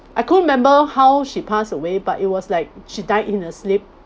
I can't remember how she passed away but it was like she died in her sleep